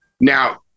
Now